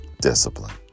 discipline